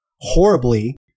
horribly